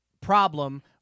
problem